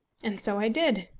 and so i did.